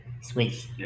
switch